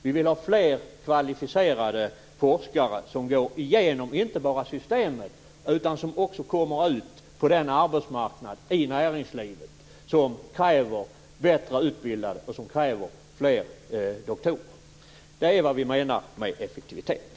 Vi vill ha fler kvalificerade forskare som inte bara går igenom systemet utan som också kommer ut på den arbetsmarknad i näringslivet som kräver bättre utbildade och fler doktorer. Det är vad vi menar med effektivitet.